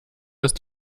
ist